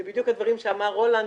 זה בדיוק הדברים שאמר רולנד,